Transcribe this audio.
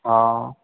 हा